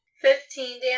Fifteen